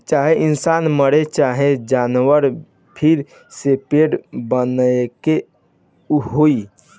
चाहे इंसान मरे चाहे जानवर फिर से पेड़ बनके उगी